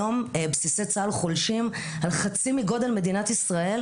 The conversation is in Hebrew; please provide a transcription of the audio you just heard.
היום בסיסי צה"ל חולשים על חצי מגודל מדינת ישראל,